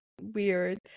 weird